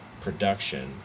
production